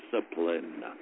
discipline